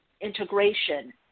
integration